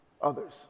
others